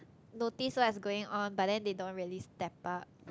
notice what's going on but then they don't really step up